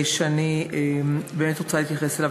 ואני באמת רוצה להתייחס אליו.